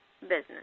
business